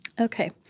Okay